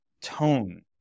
tone